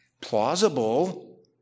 plausible